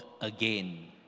again